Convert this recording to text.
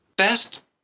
Best